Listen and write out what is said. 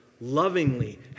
lovingly